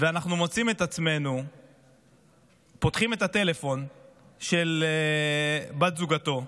ואנחנו מוצאים את עצמנו פותחים את הטלפון של בת זוגו,